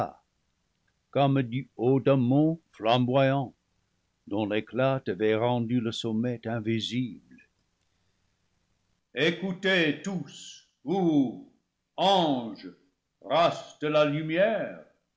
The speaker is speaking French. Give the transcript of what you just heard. comme du haut d'un mont flamboyant dont l'éclat avait rendu le sommet invi sible écoutez tous vous anges race de la lumière